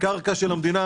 הקרקע של המדינה,